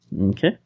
Okay